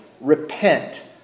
Repent